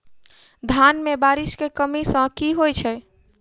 धान मे बारिश केँ कमी सँ की होइ छै?